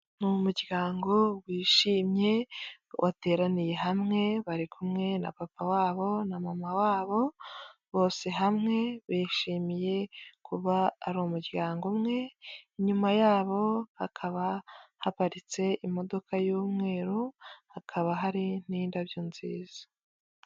Ni umuryango wishimye wateraniye hamwe bari kumwe na papa wabo na mama wabo, bose hamwe bishimiye kuba ari umuryango umwe, inyuma yabo hakaba haparitse imodoka y'umweru hakaba hari n'indabyo nziza.